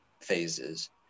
phases